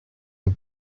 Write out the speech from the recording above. the